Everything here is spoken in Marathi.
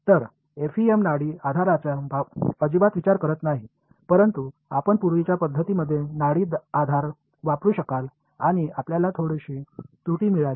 तर एफईएम नाडी आधाराचा अजिबात विचार करत नाही परंतु आपण पूर्वीच्या पद्धतींमध्ये नाडी आधार वापरू शकाल आणि आपल्याला थोडीशी त्रुटी मिळाली